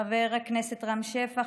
חבר הכנסת רם שפע,